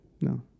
No